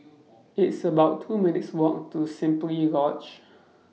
It's about two minutes' Walk to Simply Lodge